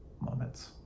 moments